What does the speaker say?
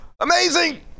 Amazing